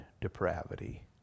depravity